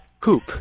poop